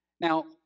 Now